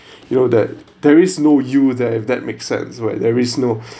you know that there is no you there if that makes sense where there is no